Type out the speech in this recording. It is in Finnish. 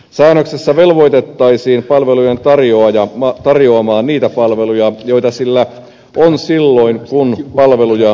säännöksessä velvoitettaisiin palvelujen tarjoaja tarjoamaan niitä palveluja joita sillä on silloin kun palveluja pyydetään